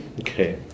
Okay